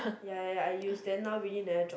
ya ya ya I use then now really never drop